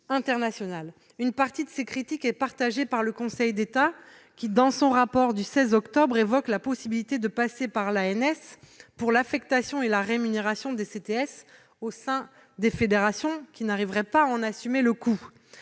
Une partie de ces critiques est partagée par le Conseil d'État, qui, dans son rapport du 16 octobre, évoque la possibilité de passer par l'ANS pour l'affectation et la rémunération des CTS au sein des fédérations qui ne pourraient en assumer le coût.